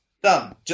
Done